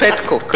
"פטקוק".